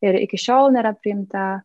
ir iki šiol nėra priimta